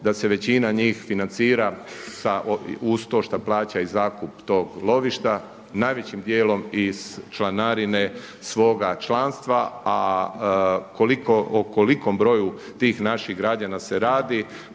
da se većina njih financira uz to što šta plaća i zakup tog lovišta, najvećim dijelom iz članarine svoga članstva a o kolikom broju tih naših građana se radi